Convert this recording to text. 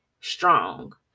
strong